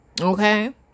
okay